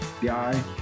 guy